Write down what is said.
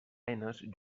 eines